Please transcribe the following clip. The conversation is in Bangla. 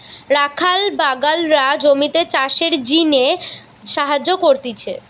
রাখাল বাগলরা জমিতে চাষের জিনে সাহায্য করতিছে